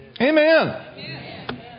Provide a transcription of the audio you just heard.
Amen